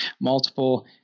multiple